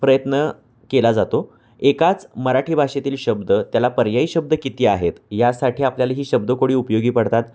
प्रयत्न केला जातो एकाच मराठी भाषेतील शब्द त्याला पर्यायी शब्द किती आहेत यासाठी आपल्याला ही शब्द कोडी उपयोगी पडतात